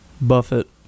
Buffett